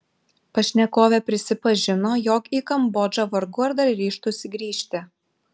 pašnekovė prisipažino jog į kambodžą vargu ar dar ryžtųsi grįžti